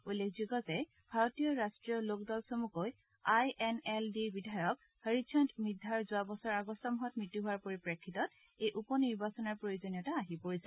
উল্লেখযোগ্য যে ভাৰতীয় ৰাষ্ট্ৰীয় লোক দল চমুকৈ আই এন এল ডিৰ বিধায়ক হৰিচন্দ মিধ্ধাৰ যোৱা বছৰ আগষ্ট মাহত মৃত্যু হোৱাৰ পৰিপ্ৰেক্ষিতত এই উপ নিৰ্বাচনৰ প্ৰয়োজনীয়তা আহি পৰিছে